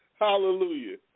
Hallelujah